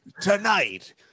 Tonight